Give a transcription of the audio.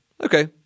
Okay